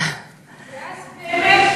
ואז באמת